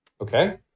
okay